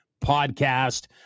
podcast